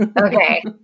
Okay